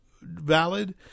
valid